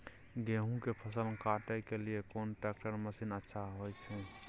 गेहूं के फसल काटे के लिए कोन ट्रैक्टर मसीन अच्छा होय छै?